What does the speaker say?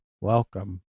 welcome